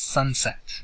Sunset